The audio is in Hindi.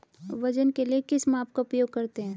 वजन के लिए किस माप का उपयोग करते हैं?